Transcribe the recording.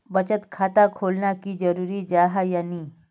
बचत खाता खोलना की जरूरी जाहा या नी?